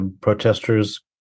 protesters